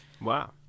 wow